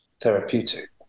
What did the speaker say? therapeutic